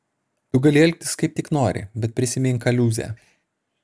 tu gali elgtis kaip tik nori bet prisimink kaliūzę